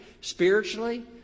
spiritually